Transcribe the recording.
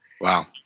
Wow